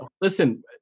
listen